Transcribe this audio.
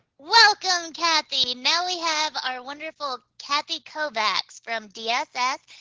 welcome, cathy. now we have our wonderful cathy kovacs from dss.